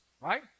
right